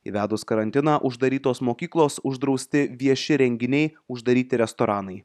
įvedus karantiną uždarytos mokyklos uždrausti vieši renginiai uždaryti restoranai